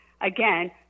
Again